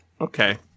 Okay